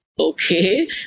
okay